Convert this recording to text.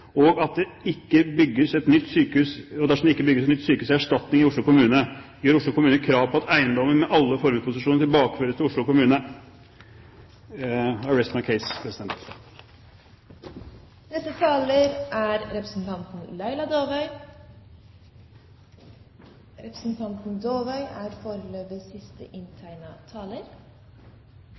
og at det ikke bygges et nytt sykehus til erstatning i Oslo kommune, gjør Oslo kommune krav på at eiendommen med alle formuesposisjoner tilbakeføres til Oslo kommune.» I rest my case.